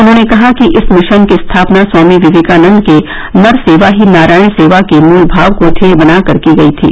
उन्होंने कहा कि इस मिशन की स्थापना स्वामी विवेकानन्द के नर सेवा ही नारायण सेवा के मुल भाव को ध्येय बनाकर की गई थी